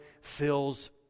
fills